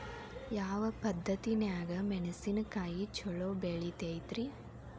ಯಾವ ಪದ್ಧತಿನ್ಯಾಗ ಮೆಣಿಸಿನಕಾಯಿ ಛಲೋ ಬೆಳಿತೈತ್ರೇ?